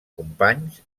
companys